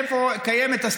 אתה דפקת את החינוך המיוחד.